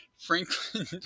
Franklin